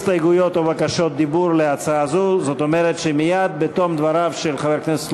התשע"ד 2014, לקריאה שנייה ושלישית.